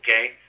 okay